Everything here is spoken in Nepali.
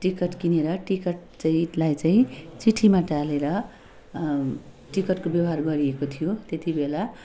टिकट किनेर टिकट चाहिँ लाई चाहिँ चिठी टालेर टिकटको व्यवहार गरिएको थियो त्यति बेला